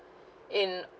in